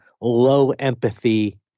low-empathy